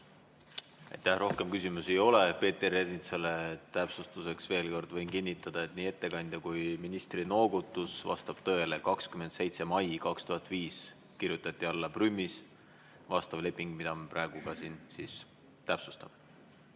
Aitäh! Rohkem küsimusi ei ole. Peeter Ernitsale võin täpsustuseks veel kord kinnitada, et nii ettekandja kui ka ministri noogutus vastab tõele: 27. mail 2005 kirjutati Prümis alla leping, mida me praegu ka siin täpsustame.